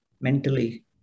mentally